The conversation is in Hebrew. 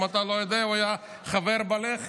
אם אתה לא יודע, הוא היה חבר בלח"י.